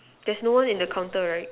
there's no one in the counter right